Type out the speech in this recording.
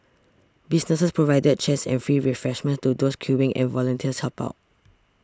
businesses provided chairs and free refreshments to those queuing and volunteers helped out